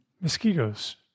mosquitoes